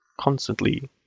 constantly